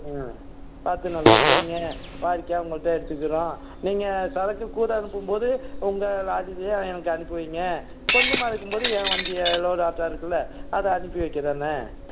ஆ பார்த்து நல்லா செய்யுங்க வாடிக்கையாக உங்கள்கிட்டே எடுத்துக்கிறோம் நீங்கள் சரக்கு கூட அனுப்பும்போது உங்கள் லாரிலையே எனக்கு அனுப்பி வையுங்க கொஞ்சமாக இருக்கும்போது என் வண்டியை லோடு ஆட்டோ இருக்குதுல்ல அதை அனுப்பி வைக்கிறேண்ணா